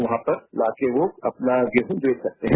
वहा पर लोकर वह अपना गेहूँ बेच सकते है